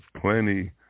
plenty